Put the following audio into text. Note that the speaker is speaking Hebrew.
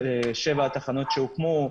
שבע התחנות שהוקמו,